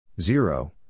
Zero